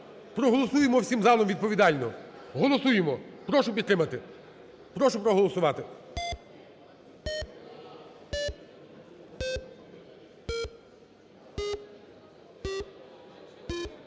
Проголосуємо всім залом відповідально. Голосуємо! Прошу підтримати. Прошу проголосувати.